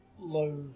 low